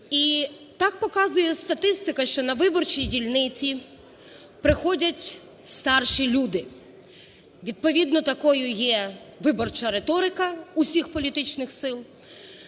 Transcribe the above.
І так показує статистика, що на виборчі дільниці приходять старші люди, відповідно такою є виборча риторика усіх політичних сил,